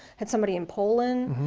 had somebody in poland,